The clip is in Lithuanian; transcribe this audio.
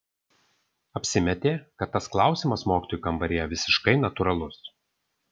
apsimetė kad tas klausimas mokytojų kambaryje visiškai natūralus